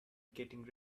getting